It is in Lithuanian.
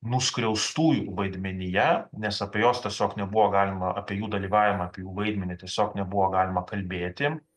nuskriaustųjų vaidmenyje nes apie juos tiesiog nebuvo galima apie jų dalyvavimą apie jų vaidmenį tiesiog nebuvo galima kalbėti